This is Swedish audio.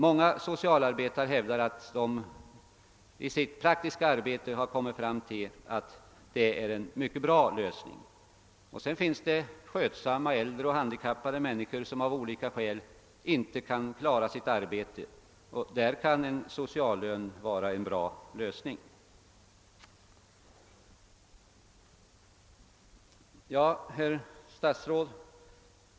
Många socialarbetare hävdar att de i sin praktiska verksamhet funnit detta vara en mycket bra lösning. Vidare finns det skötsamma äldre och handikappade människor, som av olika skäl inte kan klara ett arbete, och för dem kan sociallön vara en god lösning. Herr statsråd!